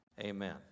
Amen